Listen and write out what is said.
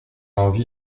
envie